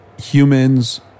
Humans